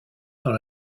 dans